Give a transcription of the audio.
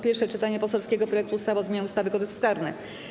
Pierwsze czytanie poselskiego projektu ustawy o zmianie ustawy - Kodeks karny.